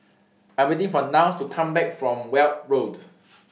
I Am waiting For Niles to Come Back from Weld Road